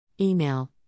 Email